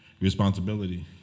responsibility